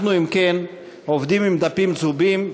אנחנו, אם כן, עובדים עם הדפים הצהובים.